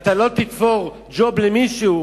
אתה לא תתפור ג'וב למישהו,